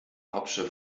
hauptstadt